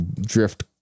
drift